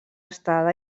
estada